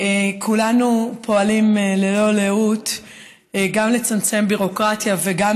כולנו פועלים ללא לאות גם לצמצם ביורוקרטיה וגם